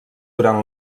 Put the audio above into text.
durant